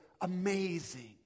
Amazing